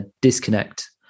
disconnect